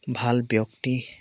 ভাল ব্যক্তি